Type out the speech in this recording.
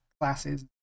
classes